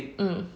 mm